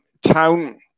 Town